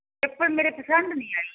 ਚੱਪਲ ਮੇਰੇ ਪਸੰਦ ਨਹੀਂ ਆਈ